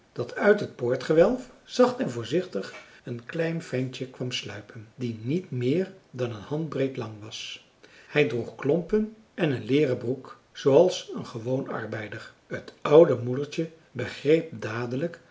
dat uit het poortgewelf zacht en voorzichtig een klein ventje kwam sluipen die niet meer dan een handbreed lang was hij droeg klompen en een leeren broek zooals een gewoon arbeider t oude moedertje begreep dadelijk